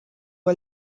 are